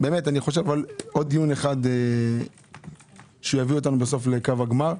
אבל עוד דיון אחד שיביא אותנו לקו הגמר.